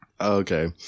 okay